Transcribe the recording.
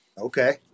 Okay